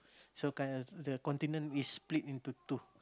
so the continent is split into two